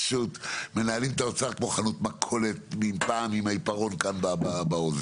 מנהלים את האוצר כמו חנות מכולת מפעם עם העיפרון באוזן.